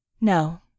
No